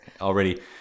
already